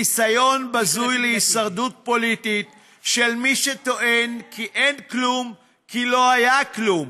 ניסיון בזוי להישרדות פוליטית של מי שטוען כי אין כלום כי לא היה כלום.